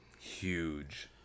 Huge